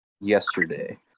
yesterday